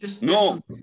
No